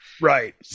Right